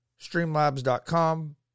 streamlabs.com